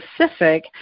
specific